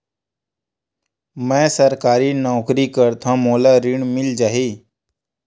मै सरकारी नौकरी करथव मोला ऋण मिल जाही?